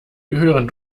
gehören